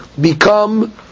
become